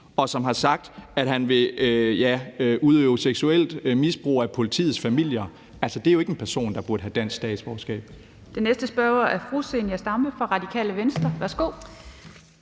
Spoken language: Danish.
og som har sagt, at han vil udøve seksuelt misbrug af politiets familier. Altså, det er jo ikke en person, der burde have dansk statsborgerskab. Kl. 12:22 Den fg. formand (Theresa Berg